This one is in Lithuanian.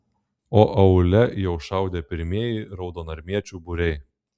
o aūle jau šaudė pirmieji raudonarmiečių būriai